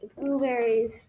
blueberries